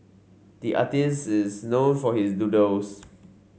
the artist is known for his doodles